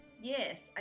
Yes